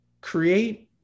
create